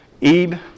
Eve